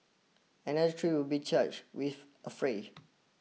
another three will be charge with affray